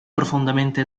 profondamente